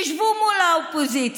תשבו מול האופוזיציה,